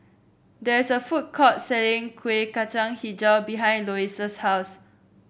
there is a food court selling Kuih Kacang hijau behind Lois's house